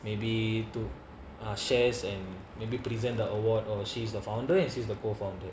maybe shares and maybe present the award or she's the founder and she's the co founder